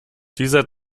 dieser